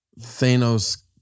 Thanos